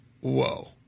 whoa